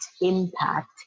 impact